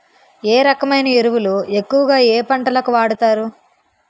ఏ రకమైన ఎరువులు ఎక్కువుగా ఏ పంటలకు వాడతారు?